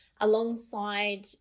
alongside